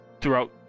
throughout